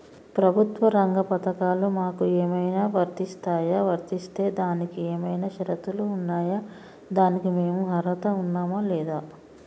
ప్రభుత్వ రంగ పథకాలు మాకు ఏమైనా వర్తిస్తాయా? వర్తిస్తే దానికి ఏమైనా షరతులు ఉన్నాయా? దానికి మేము అర్హత ఉన్నామా లేదా?